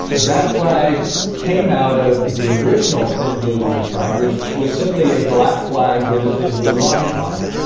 that flag came out of the original thin blue line flag, which was simply a black flag with a thin blue line on it.